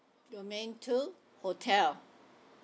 domain two hotel